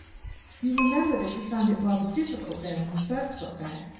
you remember that you found it rather difficult there, when you first got back.